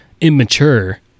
immature